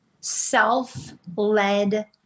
self-led